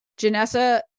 Janessa